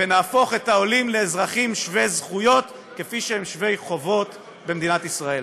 ונהפוך את העולים לאזרחים שווי זכויות כפי שהם שווי חובות במדינת ישראל.